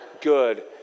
good